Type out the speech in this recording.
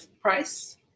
price